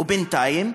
ובינתיים,